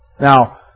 Now